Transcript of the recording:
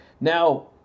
Now